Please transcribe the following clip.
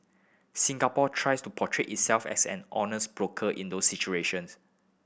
Singapore tries to portray itself as an honest broker in those situations